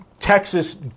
Texas